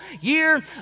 year